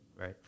right